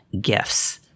gifts